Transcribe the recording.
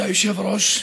אדוני היושב-ראש,